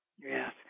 Yes